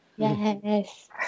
yes